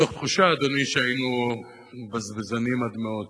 מתוך תחושה, אדוני, שהיינו בזבזנים עד מאוד,